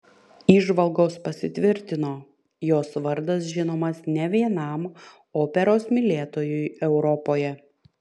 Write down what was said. įžvalgos pasitvirtino jos vardas žinomas ne vienam operos mylėtojui europoje